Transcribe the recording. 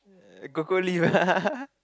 err cocoa leaf